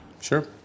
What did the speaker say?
Sure